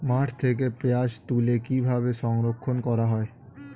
মাঠ থেকে পেঁয়াজ তুলে কিভাবে সংরক্ষণ করা হয়?